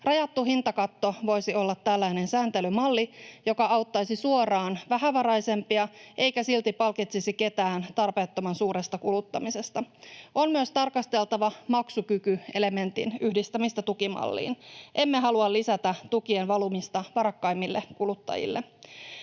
Rajattu hintakatto voisi olla tällainen sääntelymalli, joka auttaisi suoraan vähävaraisempia eikä silti palkitsisi ketään tarpeettoman suuresta kuluttamisesta. On myös tarkasteltava maksukykyelementin yhdistämistä tukimalliin. Emme halua lisätä tukien valumista varakkaimmille kuluttajille.